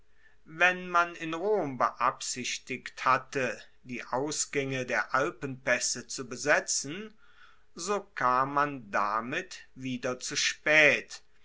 wenn man in rom beabsichtigt hatte die ausgaenge der alpenpaesse zu besetzen so kam man damit wieder zu spaet